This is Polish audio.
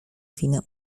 winę